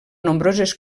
nombroses